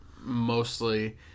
mostly